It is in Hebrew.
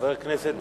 חבר הכנסת